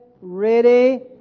ready